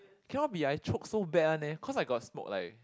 cannot be like choke so bad one leh cause I got smoke like